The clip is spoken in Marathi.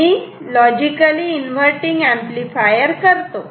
मी लॉजिकली इन्व्हर्टटिंग एंपलीफायर करतो